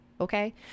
okay